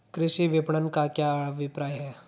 कृषि विपणन का क्या अभिप्राय है?